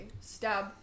Stab